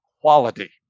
quality